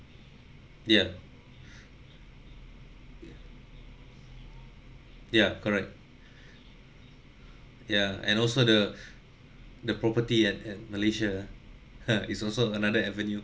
ya ya correct ya and also the the property in in malaysia ha is also another avenue